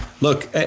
look